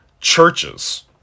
churches